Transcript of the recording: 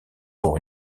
pour